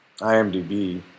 IMDb